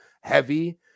heavy